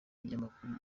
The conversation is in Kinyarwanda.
ikinyamakuru